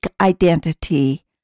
identity